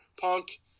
Punk